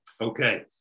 Okay